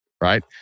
right